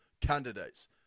candidates